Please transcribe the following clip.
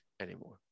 anymore